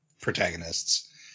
protagonists